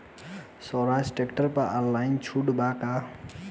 सोहराज tractor पर online छूट बा का?